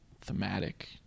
thematic